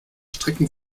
strecken